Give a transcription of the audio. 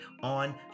on